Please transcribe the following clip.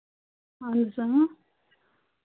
اَہَن حظ